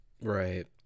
Right